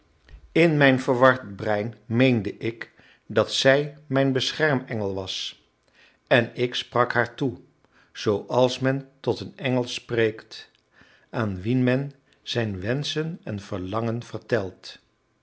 in mijn verward brein meende ik dat zij mijn beschermengel was en ik sprak haar toe zooals men tot een engel spreekt aan wien men zijn wenschen en verlangen vertelt